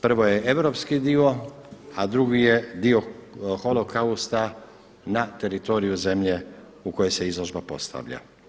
Prvo je europski dio, a drugi je dio holokausta na teritoriju zemlje u kojoj se izložba postavlja.